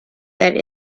that